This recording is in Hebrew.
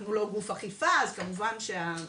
אנחנו לא גוף אכיפה, אז כמובן אנחנו